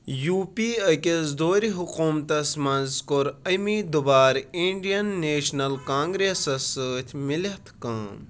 U پی أکِس دورِ حکوٗمتَس منٛز کۆر أمی دُوبارٕ اِنڈیَن نیشنَل کانٛگریسَس سٟتی مِلِتھ کٲم